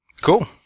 Cool